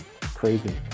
Crazy